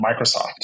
Microsoft